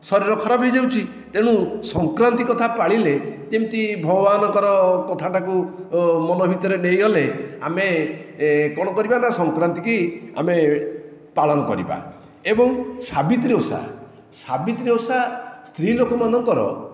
ଶରୀର ଖରାପ ହୋଇଯାଉଛି ତେଣୁ ସଂକ୍ରାନ୍ତି କଥା ପାଳିଲେ ଯେମିତି ଭଗବାନଙ୍କର କଥାଟାକୁ ମନ ଭିତରେ ନେଇଗଲେ ଆମେ କ'ଣ କରିବା ନା ସଂକ୍ରାନ୍ତିକି ଆମେ ପାଳନ କରିବା ଏବଂ ସାବିତ୍ରୀ ଓଷା ସାବିତ୍ରୀ ଓଷା ସ୍ତ୍ରୀ ଲୋକମାନଙ୍କର